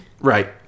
right